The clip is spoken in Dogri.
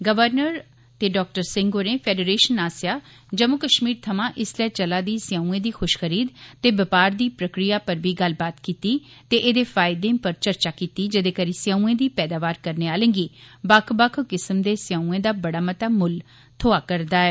गवर्नर ते डॉ सिंह होरें फेडरेशन आस्सेआ जम्मू कश्मीर थमां इसलै चलाह् दी सऊएं दी खुशखरीद ते बपार दी प्रक्रिया पर बी गल्लबात कीती ते एह्दे फायदे पर चर्चा कीती जेहे करी सऊएं दी पैदावार करने आलें गी बक्ख बक्ख किशमां दे सऊएं दा बड़ा मता मुल्ल मिला करदा ऐ